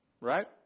Right